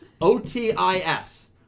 O-T-I-S